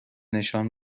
نشان